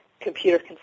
computer